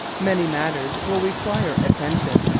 many matters will require attention,